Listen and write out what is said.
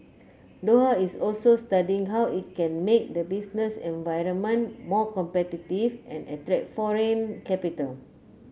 Doha is also studying how it can make the business environment more competitive and attract foreign capital